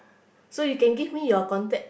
so you can give me your contact